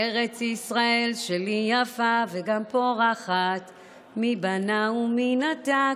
"ארץ ישראל שלי יפה וגם פורחת / מי בנה ומי נטע?